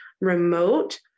remote